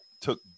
took